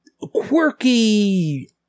quirky